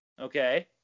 Okay